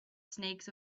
snakes